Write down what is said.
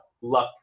luck